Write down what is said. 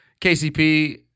KCP